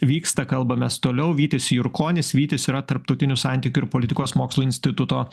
vyksta kalbamės toliau vytis jurkonis vytis yra tarptautinių santykių ir politikos mokslų instituto